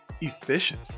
efficient